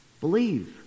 Believe